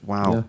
Wow